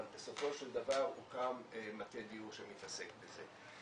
אבל בסופו של דבר הוקם מטה דיור שמתעסק בזה.